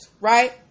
right